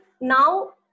now